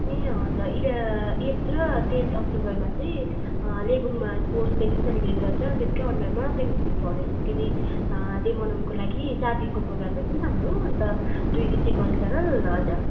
ए हजुर यहाँ एट र टेन्थ अक्टोबरमा चाहिँ लेबोङमा स्पोर्ट्स डे पनि सेलिब्रेट गर्छ त्यसकै अन्डरमा सेभेन्टी सिक्स्थ फाउन्डेसनकै डे डे मनाउनुको लागि चार दिनको प्रोग्राम रहेछ नि त हाम्रो अन्त दुई दिन चाहिँ कल्चरल हजुर